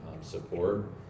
support